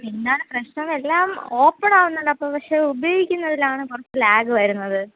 എന്നന്താണ് പ്രശ്നം എല്ലാം ഓപ്പൺ ആവുന്നുണ്ട് അപ്പം പക്ഷെ ഉപയോഗിക്കുന്നതിലാണ് കുറച്ച് ലാഗ് വരുന്നത്